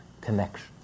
connection